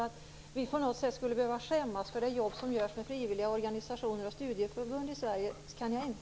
Att vi på något sätt skulle behöva skämmas över det jobb som frivilliga organisationer och studieförbund i Sverige gör kan jag inte ställa mig bakom.